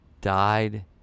died